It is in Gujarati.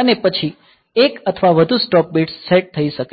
અને પછી એક અથવા વધુ સ્ટોપ બિટ્સ સેટ થઈ શકે છે